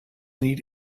need